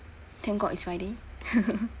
thank god it's friday